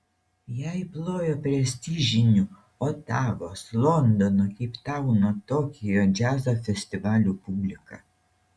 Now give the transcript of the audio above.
jai plojo prestižinių otavos londono keiptauno tokijo džiazo festivalių publika